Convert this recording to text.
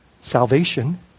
salvation